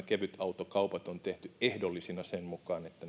kevytautokaupat on tehty pääasiallisesti ehdollisina sen mukaan että